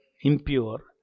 impure